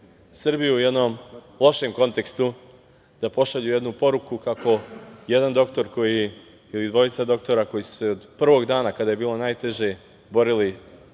Srbiju u jednom lošem kontekstu, da pošalju jednu poruku kako jedan doktor ili dvojica doktora koji su se od prvog dana kada je bilo najteže borilo